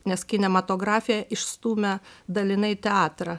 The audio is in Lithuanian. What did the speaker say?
nes kinematografija išstūmė dalinai teatrą